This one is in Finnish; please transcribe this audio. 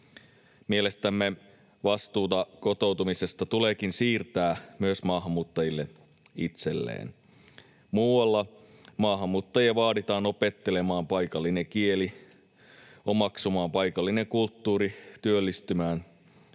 Mielestämme vastuuta kotoutumisesta tuleekin siirtää myös maahanmuuttajille itselleen. Muualla maahanmuuttajia vaaditaan opettelemaan paikallinen kieli, omaksumaan paikallinen kulttuuri, työllistymään